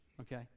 okay